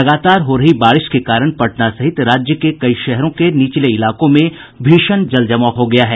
लगातार हो रही बारिश के कारण पटना सहित राज्य के कई शहरों में निचले इलाकों में भीषण जलजमाव हो गया है